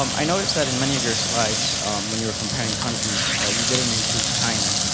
um i noticed that in many of your slides when you were comparing countries, ah you didn't include china.